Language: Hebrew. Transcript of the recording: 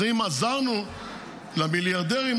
אז אם עזרנו למיליארדים,